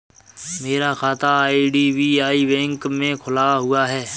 मेरा खाता IDBI bank में खुला हुआ है